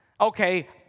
Okay